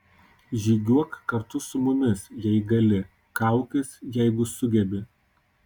žygiuok kartu su mumis jei gali kaukis jeigu sugebi